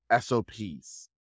SOPs